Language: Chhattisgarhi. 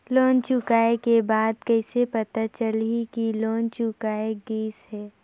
लोन चुकाय के बाद कइसे पता चलही कि लोन चुकाय गिस है?